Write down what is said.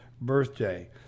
birthday